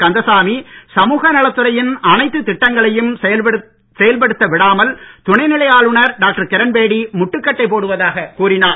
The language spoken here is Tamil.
கந்தசாமி சமுக நலத்துறையின் அனைத்து திட்டங்களையும் செயல்படுத்த விடாமல் துணைநிலை ஆளுநர் டாக்டர் கிரண்பேடி முட்டுக்கட்டை போடுவதாக கூறினார்